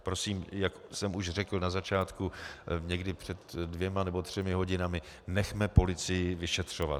Prosím, jak jsem už řekl na začátku, někdy před dvěma nebo třemi hodinami, nechme policii vyšetřovat.